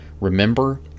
Remember